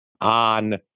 on